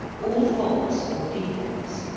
all faults or defects,